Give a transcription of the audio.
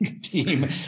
team